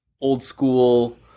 old-school